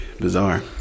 Bizarre